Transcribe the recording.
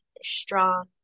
strong